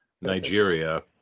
Nigeria